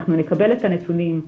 אנחנו נקבל את הנתונים,